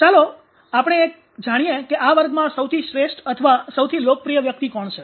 ચાલો આપણે જાણીએ કે આ વર્ગમાં સૌથી શ્રેષ્ઠ અથવા સૌથી લોકપ્રિય વ્યક્તિ કોણ છે